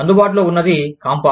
అందుబాటులో ఉన్నది కాంపా